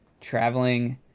Traveling